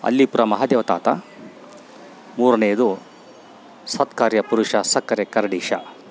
ಅಲ್ಲಿಪುರಮಹದೇವ ತಾತ ಮೂರನೇದೂ ಸತ್ಕಾರ್ಯ ಪುರುಷ ಸಕ್ಕರೆ ಕರಡೀಶ